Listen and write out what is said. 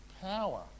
power